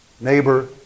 neighbor